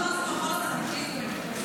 אתה יכול להסביר מה זה מחול הצדיקים?